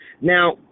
Now